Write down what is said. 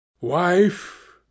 Wife